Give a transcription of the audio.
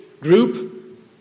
group